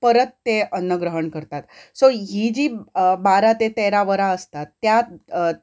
परत तें अन्न ग्रहण करतात सो ही जी बारा ते तेरा वरां आसतात त्या